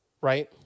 Right